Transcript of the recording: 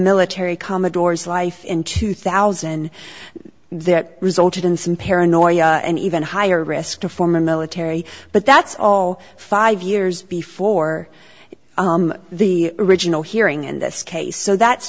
military commodores life in two thousand that resulted in some paranoia and even higher risk to form a military but that's all five years before the original hearing in this case so that's